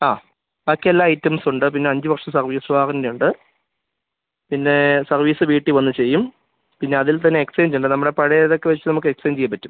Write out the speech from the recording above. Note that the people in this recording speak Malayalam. ആ ബാക്കി എല്ലാ ഐറ്റംസുണ്ട് പിന്ന അഞ്ച് വർഷ സർവീസ് വാറൻ്റിയുണ്ട് പിന്നെ സർവീസ് വീട്ടിൽ വന്ന് ചെയ്യും പിന്നതിൽ തന്നെ എക്സ്ചേഞ്ചുണ്ട് നമ്മുടെ പഴയതൊക്ക വെച്ച് നമുക്ക് എക്സ്ചേഞ്ച് ചെയ്യാൻ പറ്റും